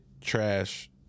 Trash